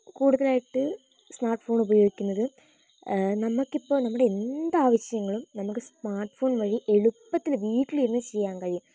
കൂടുതലായിട്ട് smart phone ഉപയോഗിക്കുന്നത് നമുക്കിപ്പം നമ്മുടെ എന്താവശ്യങ്ങളും നമുക്ക് സ്മാർട്ട്ഫോൺ വഴി എളുപ്പത്തില് വീട്ടിലിരുന്ന് ചെയ്യാൻ കഴിയും